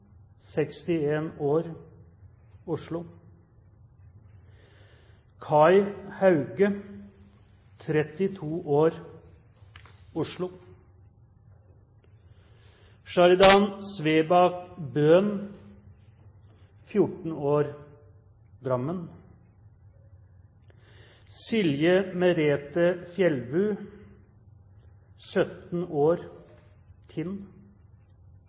år, Oslo Kai Hauge, 32 år, Oslo Sharidyn Svebakk-Bøhn, 14 år, Drammen Silje Merete Fjellbu, 17 år,